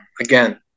again